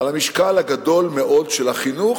על המשקל הגדול של החינוך,